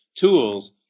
tools